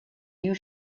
you